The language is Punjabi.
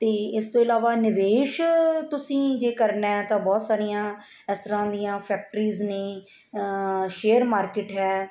ਅਤੇ ਇਸ ਤੋਂ ਇਲਾਵਾ ਨਿਵੇਸ਼ ਤੁਸੀਂ ਜੇ ਕਰਨਾ ਤਾਂ ਬਹੁਤ ਸਾਰੀਆਂ ਇਸ ਤਰ੍ਹਾਂ ਦੀਆਂ ਫੈਕਟਰੀਜ ਨੇ ਸ਼ੇਅਰ ਮਾਰਕੀਟ ਹੈ